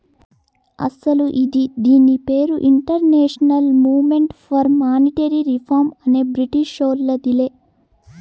అస్సలు ఇది దీని పేరు international movement for monetary reform అనే బ్రిటీషోల్లదిలే